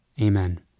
Amen